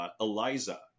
Eliza